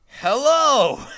Hello